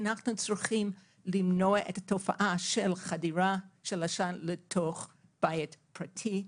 אנחנו צריכים למנוע את התופעה של חדירת עשן לתוך בית פרטי.